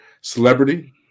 celebrity